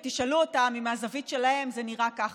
ותשאלו אותם אם מהזווית שלהם זה נראה ככה.